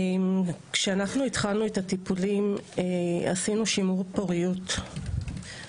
כשאנחנו התחלנו את הטיפולים, עשינו שימור פוריות.